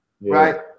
right